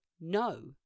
no